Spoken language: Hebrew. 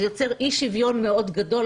זה יוצר אי-שוויון מאוד גדול,